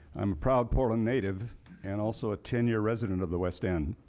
um a proud portland native and also a ten year resident of the west end.